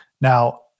Now